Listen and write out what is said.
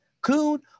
coon